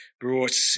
brought